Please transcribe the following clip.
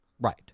Right